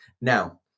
Now